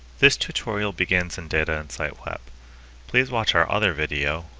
this tutorial begins in datainsight-web please watch our other video,